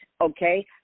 okay